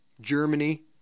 Germany